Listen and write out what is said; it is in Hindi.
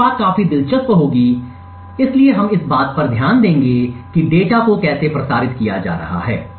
अगली बात काफी दिलचस्प होगी इसलिए हम इस बात पर ध्यान देंगे कि डेटा को कैसे प्रसारित किया जा रहा है